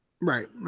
Right